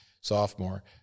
sophomore